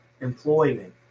employment